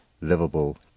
livable